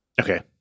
Okay